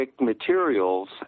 materials